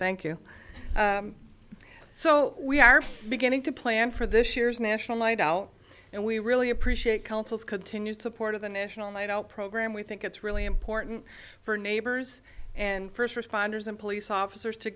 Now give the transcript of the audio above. thank you so we are beginning to plan for this year's national light out and we really appreciate councils continued support of the national night out program we think it's really important for neighbors and first responders and police officers to